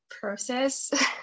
process